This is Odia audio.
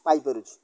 ପାଇପାରୁଛି